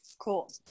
Cool